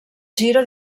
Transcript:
giro